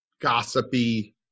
gossipy